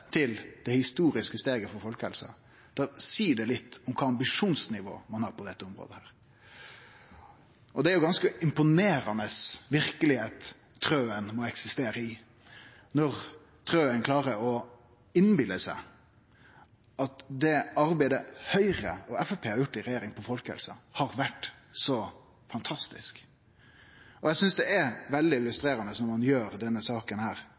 til det historiske steget for folkehelsa, seier det litt om kva ambisjonsnivå ein har på dette området. Det er ei ganske imponerande verkelegheit Wilhelmsen Trøen må eksistere i når Wilhelmsen Trøen klarer å innbille seg at det arbeidet Høgre og Framstegspartiet har gjort for folkehelsa i regjering, har vore så fantastisk. Eg synest det er veldig illustrerande når ein gjer denne saka